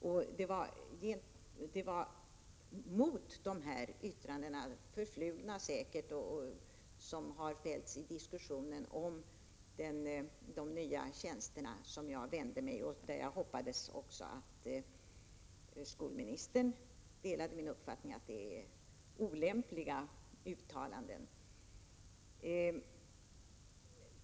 Jag vände mig emot dessa yttranden, säkert förflugna, som fällts i diskussio nen om de nya tjänsterna. Jag hoppas att skolministern delar min uppfattning att det är olämpliga uttalanden.